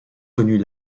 connus